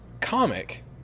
comic